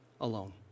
alone